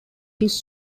his